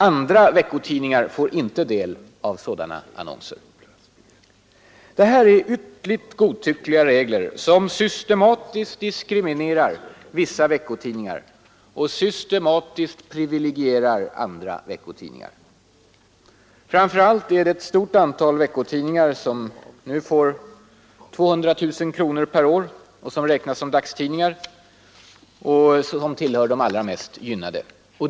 Andra veckotidningar får inte del av sådana annonser. Det här är ytterligt godtyckliga regler som systematiskt diskriminerar vissa veckotidningar och systematiskt privilegierar andra veckotidningar. Framför allt är det ett stort antal veckotidningar som nu får 200 000 kronor per år och räknas som dagstidningar, vilka tillhör de allra mest gynnade.